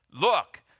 Look